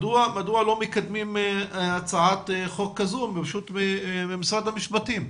מדוע לא מקדמים הצעת חוק כזו ממשרד המשפטים?